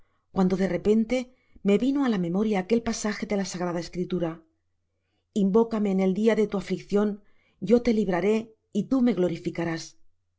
cuando de repente me vino á la memoria aquel pasaje de la sagrada escritura invócame en el dia de tu afliccion yo te libraré y tú me glorificarás